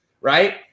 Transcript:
Right